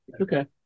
okay